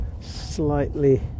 slightly